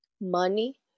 money